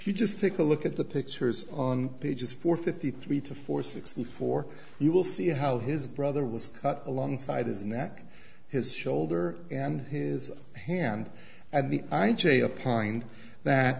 you just take a look at the pictures on pages four fifty three to four sixty four you will see how his brother was cut alongside his neck his shoulder and his hand at the